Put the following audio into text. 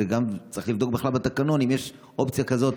צריך לבדוק בכלל בתקנון אם יש אופציה כזאת,